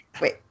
Wait